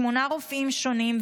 שמונה רופאים שונים,